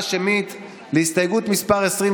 הכספים,